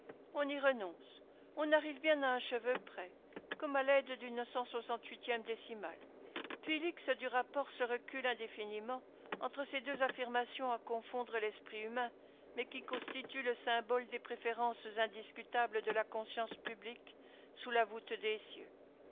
on y renonce on arrive bien à un cheveu près comme à laide dune e décimale puis l'x du rapport se recule indéfiniment entre ces deux affirmations à confondre lesprit humain mais qui constituent le symbole des préférences indiscutables de la conscience publique sous la voûte